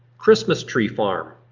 christmas tree farm.